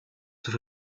zur